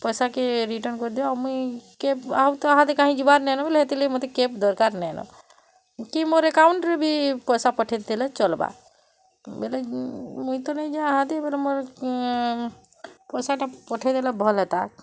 ପଇସା କେ ରିଟର୍ଣ୍ଣ କରିଦିଅ ଆଉ ମୁଇଁ କ୍ୟାବ୍ ଆଉ ତା'ହାଲେ କାଇଁ ଯିବାର୍ ନାଇନ ବୋଲି ସେଥିଲାଗି ମତ୍ କ୍ୟାବ୍ ଦରକାର ନାଇନ କି ମୋର ଏକାଉଣ୍ଟରେ ଭି ପଇସା ପଠାଇ ଦେଲେ ଚଲ୍ବା ବୋଇଲେ ମୁଇଁ ତ ନେହି ଯାଆହାତି ବୋଲେ ମୋର କିଆଁ ପଇସାଟା ପଠାଇ ଦେଲେ ଭଲ୍ ହେତା